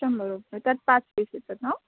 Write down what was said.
शंभर रुपये त्यात पाच पीस येतात ह